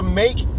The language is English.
make